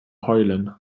heulen